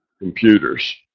computers